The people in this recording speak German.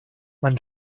man